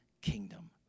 kingdom